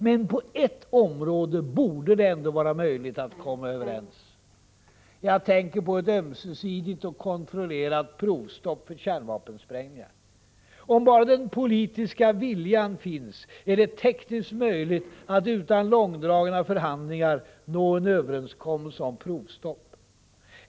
Men på ett område borde det ändå vara möjligt att komma överens. Jag tänker på ett ömsesidigt och kontrollerat provstopp för kärnvapensprängningar. Om bara den politiska viljan finns, är det tekniskt möjligt att utan långdragna förhandlingar nå en överenskommelse om provstopp.